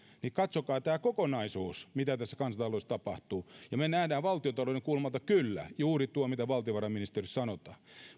katsokaa tämä kokonaisuus mitä tässä kansantaloudessa tapahtuu me näemme valtiontalouden kulmalta kyllä juuri tuon mitä valtiovarainministeriössä sanotaan